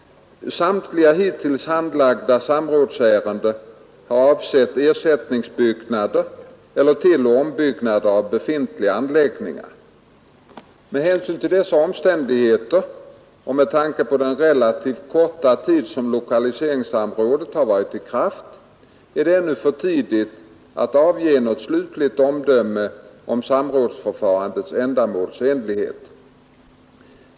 Samtliga hittills handlagda samrådsärenden har avsett ersättningsbyggnader eller tilloch ombyggnader av befintliga anläggningar. Med hänsyn till dessa omständigheter och med tanke på den relativt korta tid som lokaliseringssamrådet har varit i kraft är det ännu för tidigt att avge något slutgiltigt omdöme om samrådsförfarandets ändamålsenlighet.